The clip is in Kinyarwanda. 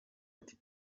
ati